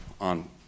on